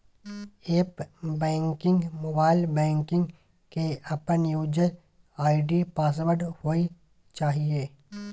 app banking, mobile banking के अपन user ID password होय चाहिए